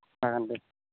जागोन दे